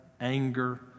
anger